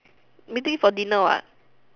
meeting for dinner what